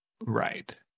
Right